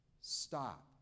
stop